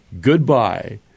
goodbye